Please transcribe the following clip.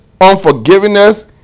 unforgiveness